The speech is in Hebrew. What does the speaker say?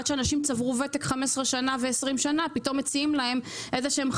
עד שאנשים צברו וותק של 15 ו-20 שנים פתאום מציעים להם חלופות